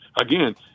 again